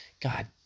God